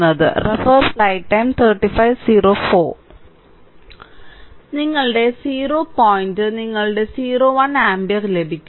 നിങ്ങളുടെ 0 പോയിന്റ് നിങ്ങളുടെ 0 1 ആമ്പിയർ ലഭിക്കും